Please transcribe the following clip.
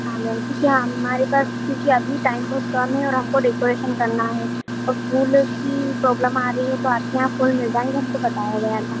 हाँ मैम कि क्या आप हमारे पास क्योंकि अभी टाइम बहुत कम है और हमको डेकोरेशन करना है तो फूल की प्रॉब्लम आ रही है तो आपके यहाँ फूल मिल जाएंगे हमको बताया गया था